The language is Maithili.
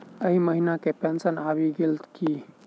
एहि महीना केँ पेंशन आबि गेल की